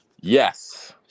Yes